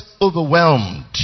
overwhelmed